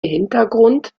hintergrund